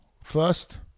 First